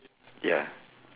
ya